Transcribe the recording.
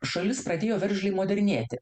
šalis pradėjo veržliai modernėti